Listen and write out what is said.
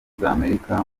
z’amerika